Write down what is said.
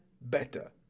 better